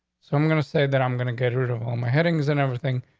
so i'm going to say that i'm gonna get rid of home headings and everything.